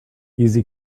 easy